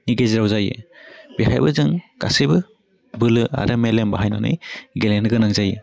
नि गेजेराव जायो बेहायबो जों गासिबो बोलो आरो मेलेम बाहायनानै गेलेनो गोनां जायो